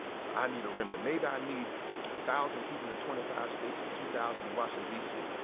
so i need a remnant. maybe i need ah thousand people in twenty five states and two thousand in washington dc.